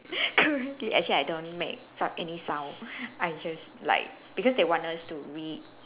actually I don't make s~ any sound I'm just like because they want us to read